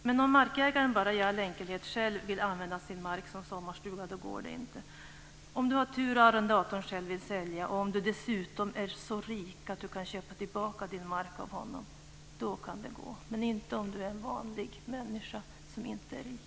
Men om markägaren bara i all enkelhet själv vill använda sin mark för sommarstuga går det inte. Om man har tur och arrendatorn vill sälja och om man dessutom är så rik att man kan köpa tillbaka sin mark kan det gå, men inte om man är en vanlig människa som inte är rik.